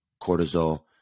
cortisol